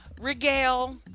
regale